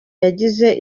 yagize